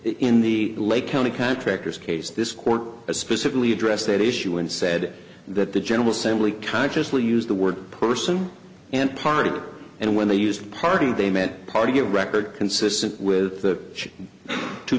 in the lake county contractors case this court specifically addressed that issue and said that the general assembly consciously used the word person and party and when they used party they meant party record consistent with the two